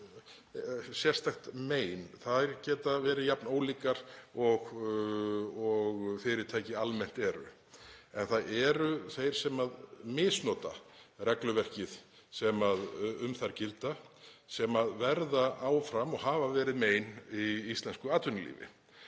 sérstakt mein. Þær geta verið jafn ólíkar og fyrirtæki almennt eru. Það eru þeir sem misnota regluverkið sem um þær gilda sem verða áfram og hafa verið mein í íslensku atvinnulífi.